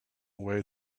way